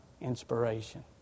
inspiration